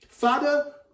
Father